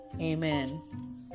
Amen